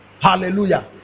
Hallelujah